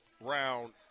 round